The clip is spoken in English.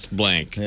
blank